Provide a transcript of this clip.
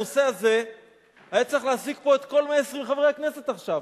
הנושא הזה היה צריך להעסיק פה את כל 120 חברי הכנסת עכשיו.